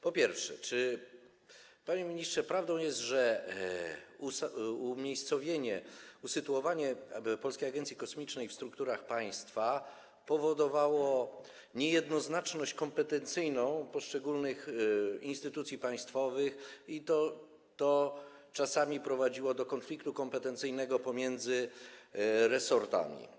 Po pierwsze, panie ministrze: Czy prawdą jest, że umiejscowienie, usytuowanie Polskiej Agencji Kosmicznej w strukturach państwa powodowało niejednoznaczność kompetencyjną poszczególnych instytucji państwowych i to czasami prowadziło do konfliktu kompetencyjnego pomiędzy resortami?